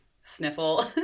sniffle